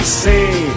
see